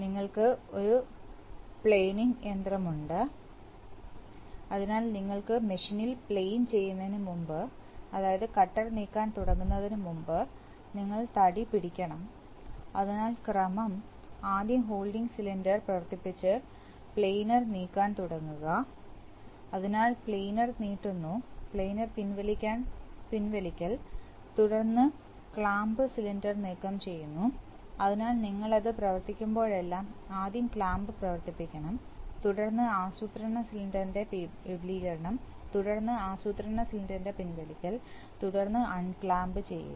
നിങ്ങൾക്ക് ഒരു പ്ലാനിങ്ങ് യന്ത്രമുണ്ട് അതിനാൽ നിങ്ങൾ മെഷീനിൽ പ്ലെയിൻ ചെയ്യുന്നതിന് മുൻപ് അതായത് കട്ടർ നീക്കാൻ തുടങ്ങുന്നതിനുമുമ്പ് നിങ്ങൾ തടി പിടിക്കണം അതിനാൽ ക്രമം ആദ്യം ഹോൾഡിംഗ് സിലിണ്ടർ പ്രവർത്തിപ്പിച്ച് പ്ലാനർ നീക്കാൻ തുടങ്ങുക അതിനാൽ പ്ലാനർ നീട്ടുന്നു പ്ലാനർ പിൻവലിക്കൽ തുടർന്ന് ക്ലാമ്പ് സിലിണ്ടർ നീക്കംചെയ്യുന്നു അതിനാൽ നിങ്ങൾ അത് പ്രവർത്തിക്കുമ്പോഴെല്ലാം ആദ്യം ക്ലാമ്പ്പ്രവർത്തിപ്പിക്കണം തുടർന്ന് ആസൂത്രണ സിലിണ്ടറിന്റെ വിപുലീകരണം തുടർന്ന് ആസൂത്രണ സിലിണ്ടറിന്റെ പിൻവലിക്കൽ തുടർന്ന് അൺക്ലാമ്പ് ചെയ്യുക